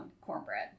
cornbread